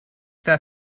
that